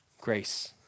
grace